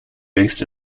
based